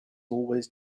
always